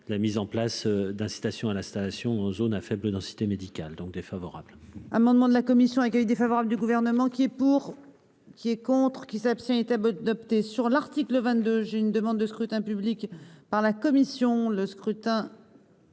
la mise en place d'incitations à l'installation en zones à faible densité médicale. Je mets aux